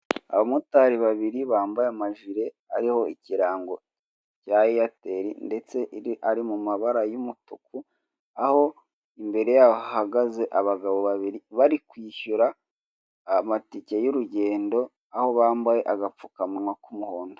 Aba motari babiri bambaye amahirwe ariho ikirango cya Airtel ndetse ari mu mabara y'umutuku aho imbere yaho hahagaze abagabo babiri bari kwishyura amatike y'urugendo, aho bambaye agapfukamunwa k'umuhondo.